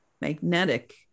magnetic